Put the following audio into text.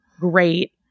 great